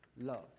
love